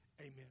Amen